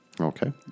Okay